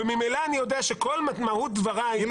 וממילא אני יודע שכל מהות דבריי --- אם